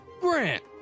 Grant